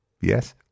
Yes